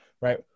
Right